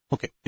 Okay